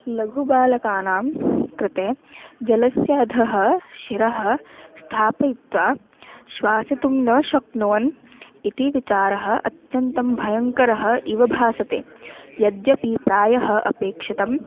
लघुबालकानां कृते जलस्य अधः शिरः स्थापयित्वा श्वसितुं न शक्नुवन् इति विचारः अत्यन्तं भयङ्करः इव भासते यद्यपि प्रायः अपेक्षितम्